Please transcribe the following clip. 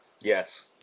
Yes